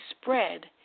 spread